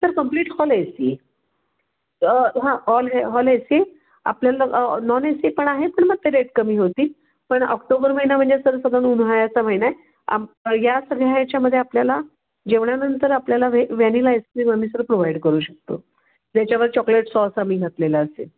sir complete hall A C हां hall hall A C आपल्याला लॉ नॉन ए सी पण आहे पण मग ते रेट कमी होतील पण ऑक्टोबर महिना म्हणजे सर उन्हाळ्याचा महिना आहे आम या सगळ्या ह्याच्यामध्ये आपल्याला जेवणानंतर आपल्याला वे वॅनिला आयस्क्रीम आम्ही सर प्रोव्हाइड करू शकतो ज्याच्यावर चॉकलेट सॉस आम्ही घातलेला असेल